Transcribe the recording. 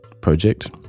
project